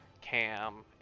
cam